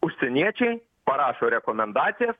užsieniečiai parašo rekomendacijas